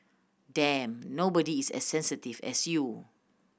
damn nobody is as sensitive as you